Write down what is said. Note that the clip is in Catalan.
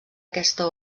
aquesta